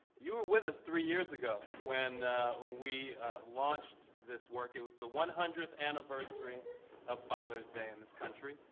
you were with us three years ago when we launched this work. it was the one hundredth anniversary of father's day in this country.